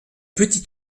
petit